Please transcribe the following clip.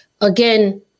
again